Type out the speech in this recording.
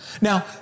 Now